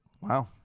Wow